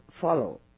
follow